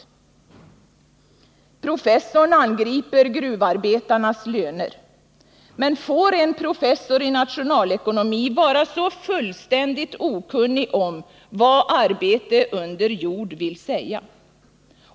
Professorn angriper gruvarbetarnas löner — men får en professor i nationalekonomi vara så fullständigt okunnig om vad arbete under jord vill säga?